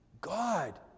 God